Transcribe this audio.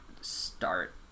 start